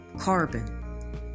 carbon